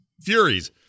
Furies